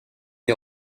est